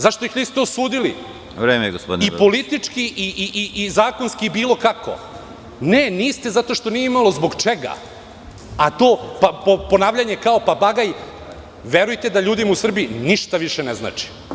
Zašto ih niste osudili i politički i zakonski i bilo kako? (Predsedavajući: Vreme.) Ne, niste, zato što nije imalo zbog čega, a to ponavljanje kao papagaj, verujte, ljudima u Srbiji ništa više ne znači.